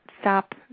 stop